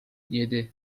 yedi